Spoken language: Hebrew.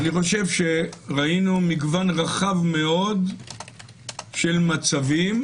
ראינו מגון רחב מאוד של מצבים,